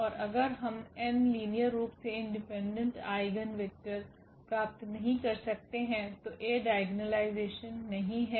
और अगर हम n लीनियर रूप से इंडिपेंडेंट आइगेन वेक्टर प्राप्त नहीं कर सकते हैं तो A डायगोनालायजेशन नहीं है